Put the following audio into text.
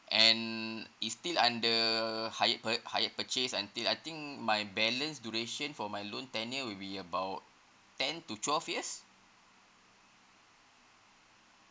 and it's still under higher higher purchase until I think my balance duration for my loan tenure will be about ten to twelve years